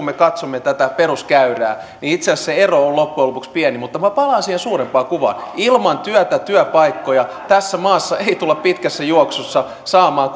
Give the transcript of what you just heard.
me katsomme tätä peruskäyrää niin itse asiassa se ero on loppujen lopuksi pieni mutta minä palaan siihen suurempaan kuvaan ilman työtä työpaikkoja tässä maassa ei tulla pitkässä juoksussa saamaan